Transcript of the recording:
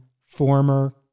former